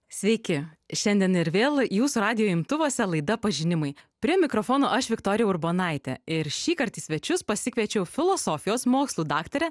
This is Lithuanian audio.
sveiki šiandien ir vėl jūsų radijo imtuvuose laida pažinimai prie mikrofono aš viktorija urbonaitė ir šįkart į svečius pasikviečiau filosofijos mokslų daktarę